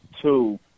two